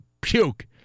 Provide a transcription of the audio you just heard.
puke